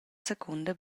secunda